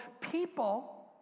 people